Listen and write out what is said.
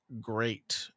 great